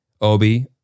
Obi